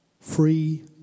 Free